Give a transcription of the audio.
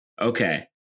Okay